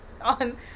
on